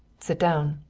sit down.